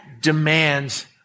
demands